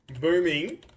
Booming